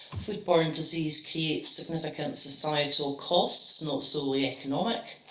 foodborne disease creates significant societal costs, not solely economic,